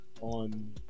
on